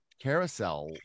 carousel